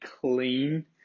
clean